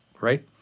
right